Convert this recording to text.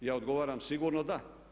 Ja odgovaram sigurno da.